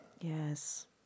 Yes